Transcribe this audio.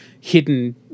hidden